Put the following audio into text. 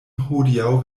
hodiaŭ